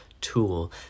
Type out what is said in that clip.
tool